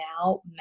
now